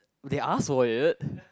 they ask for it